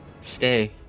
stay